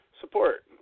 support